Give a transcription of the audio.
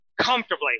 comfortably